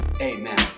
amen